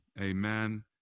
amen